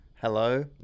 Hello